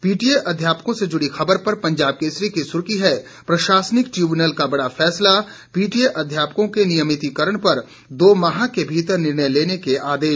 PTA अध्यापकों से जुड़ी खबर पर पंजाब केसरी की सुर्खी है प्रशासनिक ट्रिब्यूनल का बड़ा फैसला पीटीए अध्यापकों के नियमितीकरण पर दो माह के भीतर निर्णय लेने के आदेश